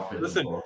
Listen